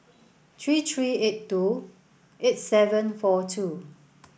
three three eight two eight seven four two